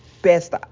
best